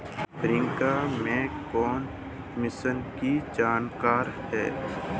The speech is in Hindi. प्रियंका मैक्रोइकॉनॉमिक्स की जानकार है